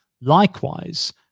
likewise